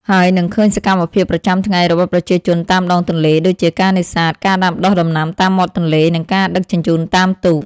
ហើយនឹងឃើញសកម្មភាពប្រចាំថ្ងៃរបស់ប្រជាជនតាមដងទន្លេ ដូចជាការនេសាទ ការដាំដុះដំណាំតាមមាត់ទន្លេ និងការដឹកជញ្ជូនតាមទូក។